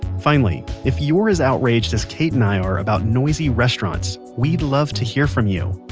finally, if you're as outraged as kate and i are about noisy restaurants, we'd love to hear from you.